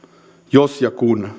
jos ja kun